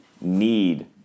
need